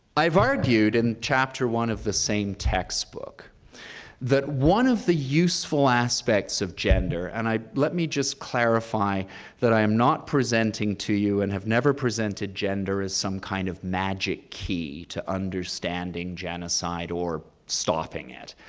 i've argued in chapter one of the same textbook that one of the useful aspects of gender, and let me just clarify that i am not presenting to you and have never presented gender as some kind of magic key to understanding genocide or stopping it.